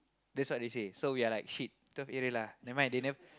that's what they say so we are like shit twelve Arial lah never mind they nev~